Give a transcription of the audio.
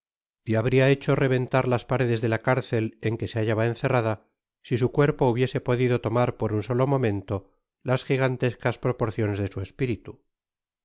y habria hecho reventar las paredes de la cárcet en que se hallaba encerrada si su cuerpo hubiese podido tomar por un solo momento las gigantescas proporciones de su espiritu